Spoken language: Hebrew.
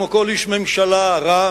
כמו כל איש ממשלה רע,